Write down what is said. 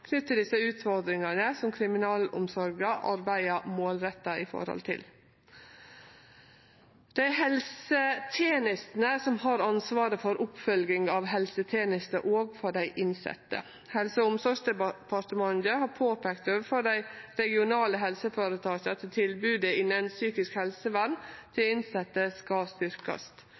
til desse utfordringane som kriminalomsorga arbeider målretta med. Dei som har ansvaret for helsetenestene, har òg ansvar for oppfølging av helsetenestene for dei innsette. Helse- og omsorgsdepartementet har overfor dei regionale helseføretaka peika på at tilbodet innan psykisk helsevern til innsette skal